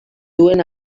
duen